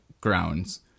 grounds